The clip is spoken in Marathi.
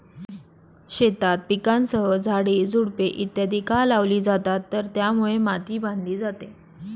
शेतात पिकांसह झाडे, झुडपे इत्यादि का लावली जातात तर त्यामुळे माती बांधली जाते